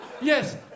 Yes